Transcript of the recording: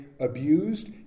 abused